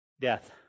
Death